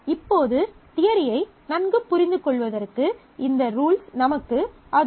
இப்போது தியரியை நன்கு புரிந்து கொள்வதற்கு இந்த ரூல்ஸ் நமக்கு அதிகம்